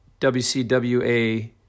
WCWA